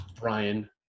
Brian